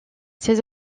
ces